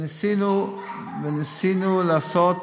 וניסינו לעשות